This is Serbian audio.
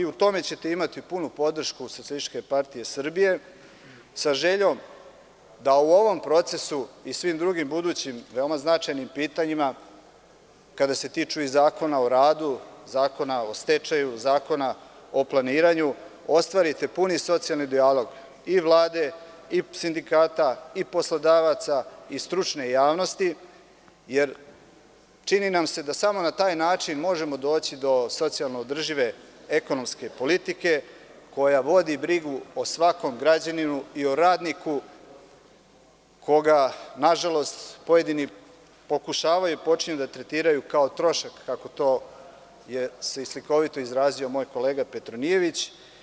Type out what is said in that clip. U tome ćete imati punu podršku SPS, sa željom da u ovom procesu i svim drugim budućim veoma značajnim pitanjima, kada se tiču i Zakona o radu i Zakona o stečaju, Zakona o planiranju, ostvarite puni socijalni dijalog i Vlade i sindikata i poslodavaca i stručne javnosti, jer čini nam se da samo na taj način možemo doći do socijalno održive ekonomske politike koja vodi brigu o svakom građaninu i o radniku koga, nažalost, pojedini pokušavaju i počinju da tretiraju kao trošak, kako se to slikovito izrazio moj kolega Petronijević.